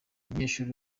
umunyeshuri